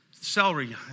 Celery